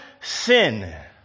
sin